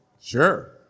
Sure